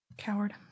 coward